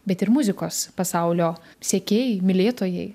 bet ir muzikos pasaulio sekėjai mylėtojai